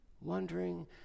wondering